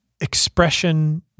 expression